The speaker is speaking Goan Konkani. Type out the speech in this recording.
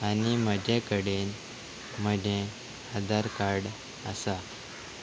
आनी म्हजे कडेन म्हजें आदार कार्ड आसा